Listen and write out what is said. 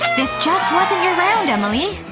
this just wasn't your round, emily.